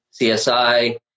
csi